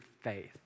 faith